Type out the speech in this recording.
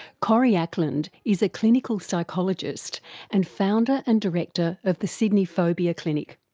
corrie ackland is a clinical psychologist and founder and director of the sydney phobia clinic.